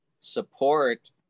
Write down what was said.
support